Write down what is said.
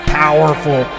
powerful